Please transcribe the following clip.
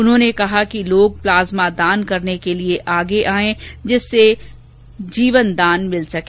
उन्होंने कहा कि लोग प्लाज्मा दान के लिये आगे आये जिससे जीवनदान मिल सके